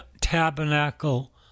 tabernacle